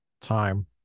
time